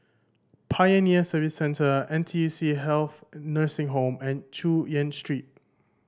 Pioneer Service Centre N T U C Health Nursing Home and Chu Yen Street